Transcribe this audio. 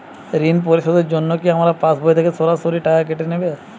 ঋণ পরিশোধের জন্য কি আমার পাশবই থেকে সরাসরি টাকা কেটে নেবে?